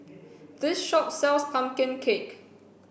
this shop sells pumpkin cake